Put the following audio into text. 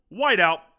whiteout